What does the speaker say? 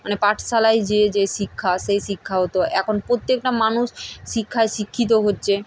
মানে পাঠশালায় যেয়ে যে শিক্ষা সেই শিক্ষা হতো এখন প্রত্যেকটা মানুষ শিক্ষায় শিক্ষিত হচ্ছে